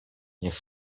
niech